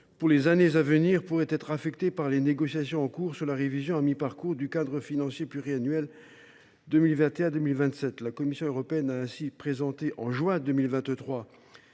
pour les années à venir pourrait être affectée par les négociations en cours sur la révision à mi parcours du cadre financier pluriannuel 2021 2027. La Commission européenne a ainsi présenté, en juin 2023,